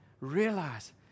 realize